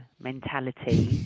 mentality